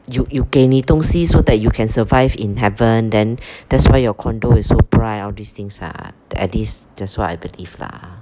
you you 给你东西 so that you can survive in heaven then that's why your condo is so bright all these things ah at least that's what I believe lah